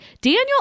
Daniel